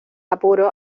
apuro